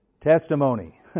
Testimony